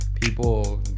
people